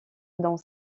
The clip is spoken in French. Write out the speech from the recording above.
dans